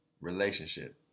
relationship